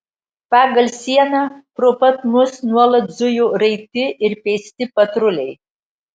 pagal sieną pro pat mus nuolat zujo raiti ir pėsti patruliai